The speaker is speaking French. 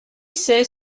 c’est